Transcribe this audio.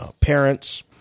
parents